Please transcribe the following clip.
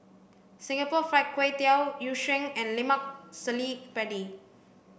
Singapore fried kway tiao yu sheng and lemak cili padi